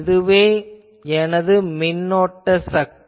இதுவே எனது மின்னோட்ட சக்தி